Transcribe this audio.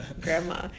grandma